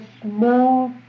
small